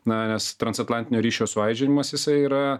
na nes transatlantinio ryšio suaižėjimas jisai yra